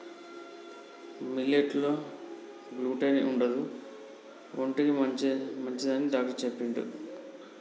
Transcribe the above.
millet లో gluten ఉండదు ఒంటికి మంచిదని డాక్టర్ చెప్పిండు